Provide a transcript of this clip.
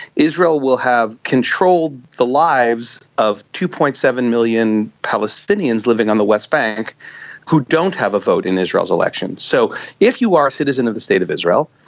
israel will have controlled the lives of two. seven million palestinians living on the west bank who don't have a vote in israel's elections. so if you are a citizen of the state of israel,